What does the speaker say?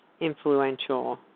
Influential